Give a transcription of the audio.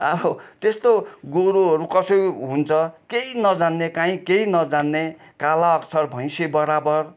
अब त्यस्तो गोरुहरू कसैको हुन्छ केही नजान्ने काहीँ केही नजान्ने काला अक्षर भैँसी बराबर